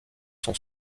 sont